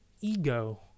ego